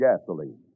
gasoline